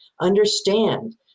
understand